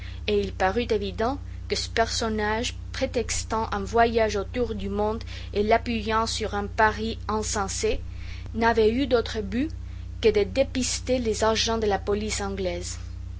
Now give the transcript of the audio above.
et il parut évident que ce personnage prétextant un voyage autour du monde et l'appuyant sur un pari insensé n'avait eu d'autre but que de dépister les agents de la police anglaise